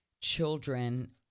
children